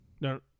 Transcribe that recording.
No